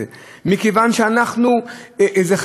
כשאדם בא לממש את זה,